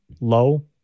low